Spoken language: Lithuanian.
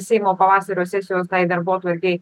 seimo pavasario sesijos tai darbotvarkei